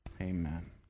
Amen